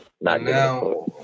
Now